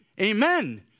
Amen